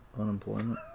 unemployment